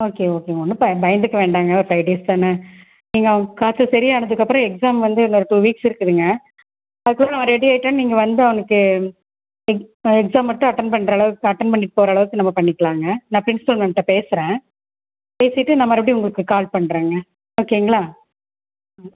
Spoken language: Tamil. ஓகே ஓகே ஒன்று பயந்துங்க வேண்டாங்க ஒரு ஃபைவ் டேஸ் தானே நீங்கள் அவன் காய்ச்சல் செரியானதுக்கப்புறம் எக்ஸாம் வந்து இன்னோரு டூ வீக்ஸ் இருக்குதுங்க அதுக்குள்ளே அவன் ரெடி ஆயிட்டா நீங்கள் வந்து அவனுக்கு எக்ஸாம் மட்டும் அட்டென்ட் பண்ணுறளவுக்கு அட்டென்ட் பண்ணிவிட்டு போரளவுக்கு நம்ம பண்ணிக்கலாங்க நான் பிரின்சிபல் மேம்கிட்ட பேசுறன் பேசிட்டு நான் மறுபடியும் உங்களுக்கு கால் பண்ணுறங்க ஓகேங்களா